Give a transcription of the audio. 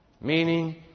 Meaning